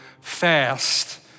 fast